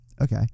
Okay